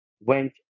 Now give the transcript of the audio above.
went